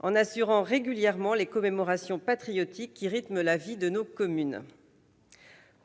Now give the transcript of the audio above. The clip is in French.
en assurant régulièrement les commémorations patriotiques qui rythment la vie de nos communes.